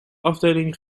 afdeling